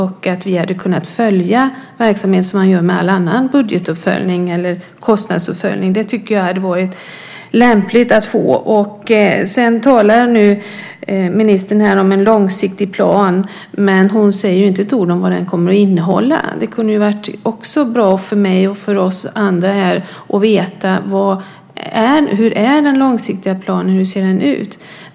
Då hade vi kunnat följa verksamheten som vi gör med all annan budgetuppföljning eller kostnadsuppföljning. Det tycker jag hade varit lämpligt. Ministern talade här om en långsiktig plan. Men hon säger inte ett ord om vad den kommer att innehålla. Det kunde ha varit bra för mig och andra att få veta hur den långsiktiga planen ser ut.